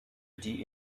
die